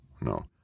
No